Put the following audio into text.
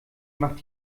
macht